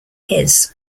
his